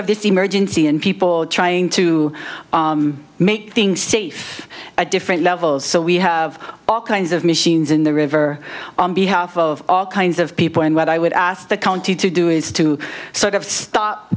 of this emergency and people trying to make things safe at different levels so we have all kinds of machines in the river on behalf of all kinds of people and what i would ask the county to do is to sort of stop